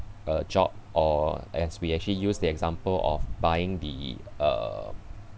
a job or as we actually use the example of buying the uh